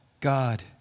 God